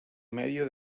medio